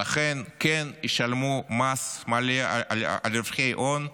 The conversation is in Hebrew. ולכן כן ישלמו מס מלא על רווחי הון,